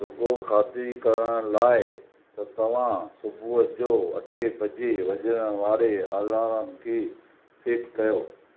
रुॻो ख़ातिरी करण लाइ त तव्हां सुबुह जो अठे बजे वॼण वारे अलार्म खे सेटु कयो